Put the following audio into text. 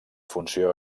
funció